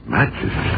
Matches